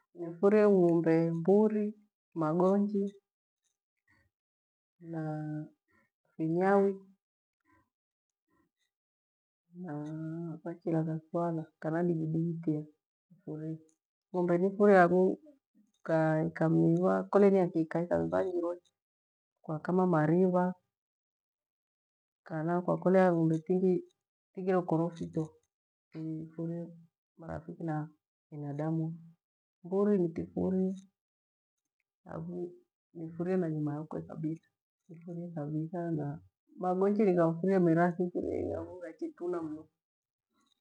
Nifurie ng'umbe, mburi, magonji na vinyawi na ghachilaghathwala kana digidigi pia Ng'umbe nifurie ang'u ka- kamnivwa kole ni ya kika ikamiva njirwe kwa kama mariva kana kwakolea ng'umbe tigh- tighe ukorofi to tifurie marafiki na binadamu, mburi nitifurie aghu nifurie na nyama yakwe kabitha, nifurie kabitha na magonji nigafurie mera thifurienyi thana angu ghachituna mnu.